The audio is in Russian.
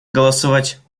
голосовать